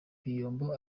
biyombo